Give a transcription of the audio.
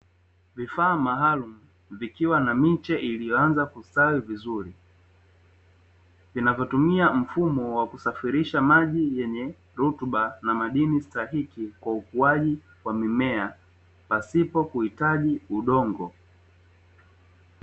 Vifaa maalumu vikiwa na miche iliyoanza kustawi vizuri. Vinavyotumia mfumo wa kusafirisha maji yenye rutuba na madini stahiki kwa ukuaji wa mimea pasipo kuhitaji udongo.